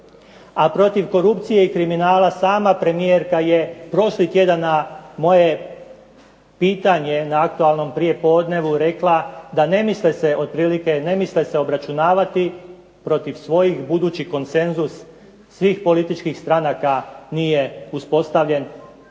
A protiv korupcije i kriminala sama premijerka je prošli tjedan na moje pitanje na aktualnom prijepodnevu rekla da ne misle se otprilike, ne misle se obračunavati protiv svojih budući konsenzus svih političkih stranaka nije uspostavljen,